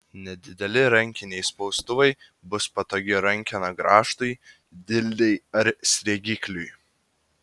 nedideli rankiniai spaustuvai bus patogi rankena grąžtui dildei ar sriegikliui